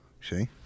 See